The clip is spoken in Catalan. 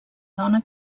dona